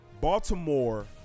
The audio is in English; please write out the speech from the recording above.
Baltimore